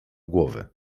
głowę